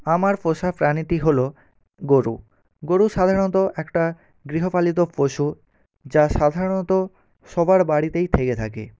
আমার পোষা প্রাণীটি হল গরু গরু সাধারণত একটা গৃহপালিত পশু যা সাধারণত সবার বাড়িতেই থেকে থাকে